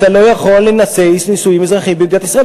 אתה לא יכול להינשא נישואים אזרחיים במדינת ישראל,